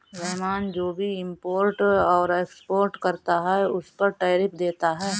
रहमान जो भी इम्पोर्ट और एक्सपोर्ट करता है उस पर टैरिफ देता है